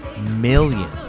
Million